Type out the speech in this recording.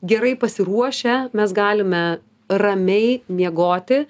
gerai pasiruošę mes galime ramiai miegoti